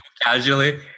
casually